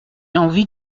envie